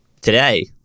Today